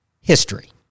history